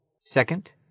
second